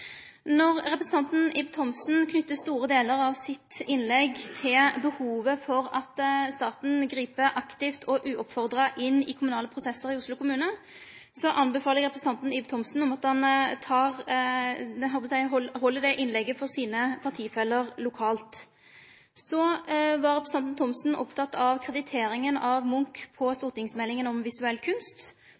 Når representanten Ib Thomsen knyter store delar av sitt innlegg til behovet for at staten grip aktivt og uoppfordra inn i kommunale prosessar i Oslo kommune, anbefaler eg representanten Ib Thomsen om å halde det innlegget for sine partifellar lokalt. Så var representanten Thomsen oppteken av krediteringa av Munch i stortingsmeldinga om visuell kunst.